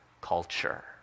culture